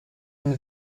une